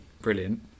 brilliant